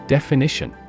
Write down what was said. Definition